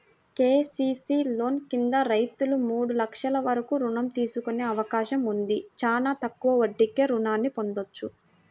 KCC loan కింద రైతులు మూడు లక్షల వరకు రుణం తీసుకునే అవకాశం ఉంది, చానా తక్కువ వడ్డీకే రుణాల్ని పొందొచ్చు